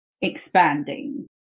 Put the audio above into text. expanding